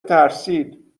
ترسید